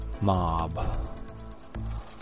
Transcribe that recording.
mob